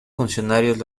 funcionarios